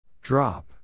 Drop